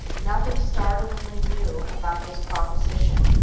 nothing startlingly new about this proposition.